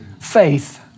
faith